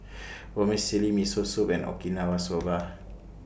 Vermicelli Miso Soup and Okinawa Soba